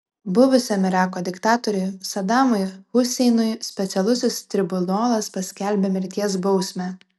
buvusiam irako diktatoriui sadamui huseinui specialusis tribunolas paskelbė mirties bausmę